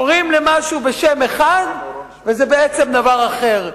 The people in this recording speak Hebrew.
קוראים למשהו בשם אחד, וזה בעצם דבר אחר.